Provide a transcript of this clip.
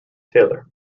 taylor